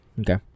Okay